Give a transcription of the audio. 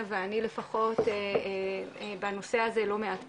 ואני לפחות בנושא הזה לא מעט פעמים,